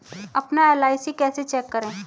अपना एल.आई.सी कैसे चेक करें?